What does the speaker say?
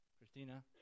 Christina